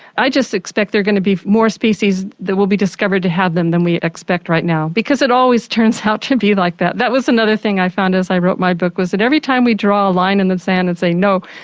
i just expect there are going to be more species that will be discovered to have them than we expect right now. because it always turns out to be like that. that was another thing i found as i wrote my book was that every time we draw a line in the sand and say no,